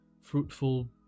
fruitful